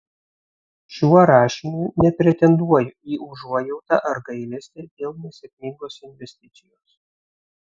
šiuo rašiniu nepretenduoju į užuojautą ar gailestį dėl nesėkmingos investicijos